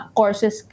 courses